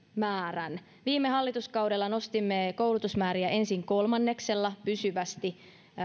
määrän viime hallituskaudella nostimme koulutusmääriä ensin kolmanneksella pysyvästi